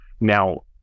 Now